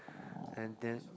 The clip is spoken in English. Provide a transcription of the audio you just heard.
and then